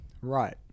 Right